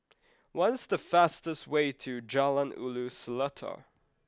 what is the fastest way to Jalan Ulu Seletar